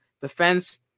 defense